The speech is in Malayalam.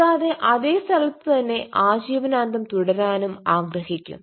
കൂടാതെ അതെ സ്ഥലത്തു തന്നെ ആജീവനാന്തം തുടരാനും ആഗ്രഹിക്കും